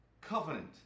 covenant